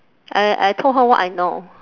I I told her what I know